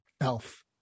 Elf